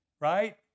Right